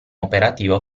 operativo